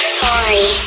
sorry